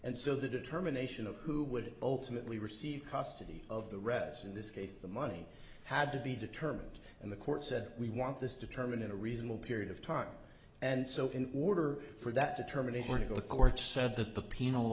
and so the determination of who would ultimately receive custody of the records in this case the money had to be determined and the court said we want this determined in a reasonable period of time and so in order for that to terminate her to go to court said the penal